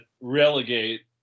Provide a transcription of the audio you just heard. relegate